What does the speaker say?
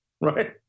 Right